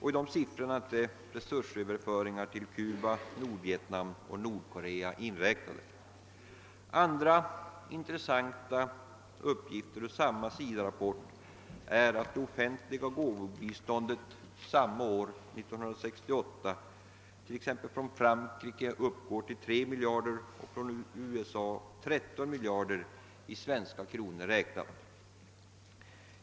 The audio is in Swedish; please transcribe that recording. I de siffrorna är inte resursöverföringar till Cuba, Nordvietnam och Nordkorea inräknade. Andra intressanta uppgifter ur samma SIDA-rapport är att det offentliga gåvobiståndet samma år — 1968 — från exempelvis Frankrike uppgår till 3 miljarder och från USA till 13 miljarder, i svenska kronor räknat.